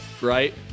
Right